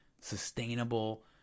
sustainable